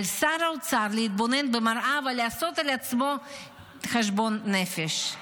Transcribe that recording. על שר האוצר להתבונן במראה ולעשות לעצמו חשבון נפש.